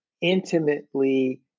intimately